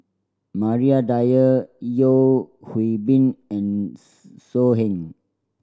Maria Dyer Yeo Hwee Bin and So Heng